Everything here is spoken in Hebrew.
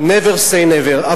never say never.